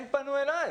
הם פנו אלי.